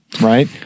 right